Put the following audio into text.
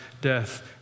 death